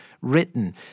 written